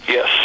Yes